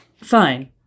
Fine